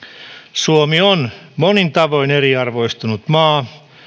suomi on monin tavoin eriarvoistunut maa